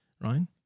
Right